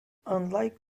unlike